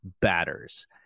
batters